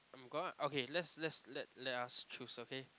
I'm gonna okay let's let's let let us choose okay